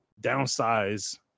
downsize